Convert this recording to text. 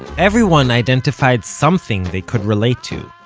everyone identified something they could relate to.